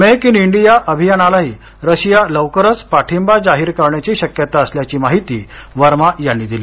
make in India अभियानालाही Russia लवकरच पाठींबा जाहीर करण्याची शक्यता असल्याची माहिती वर्मा यांनी दिली